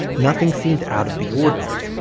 nothing seemed out of the ordinary.